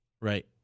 Right